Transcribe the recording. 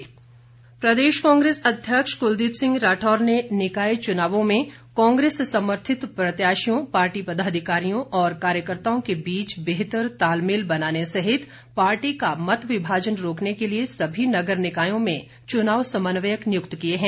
कांग्रे स प्रदेश कांग्रेस अध्यक्ष क्लदीप सिंह राठौर ने निकाय चुनावों में कांग्रेस समर्थित प्रत्याशियों पार्टी पदाधिकारियों और कार्यकर्ताओं के बीच बेहतर तालमेल बनाने सहित पार्टी का मत विभाजन रोकने के लिए सभी नगर निकायों में चुनाव समन्वयक नियुक्त किए हैं